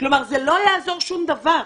כלומר, זה לא יעזור שום דבר.